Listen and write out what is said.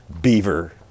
beaver